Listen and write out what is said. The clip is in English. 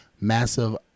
massive